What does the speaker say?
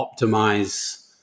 optimize